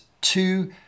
two